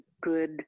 good